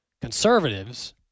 conservatives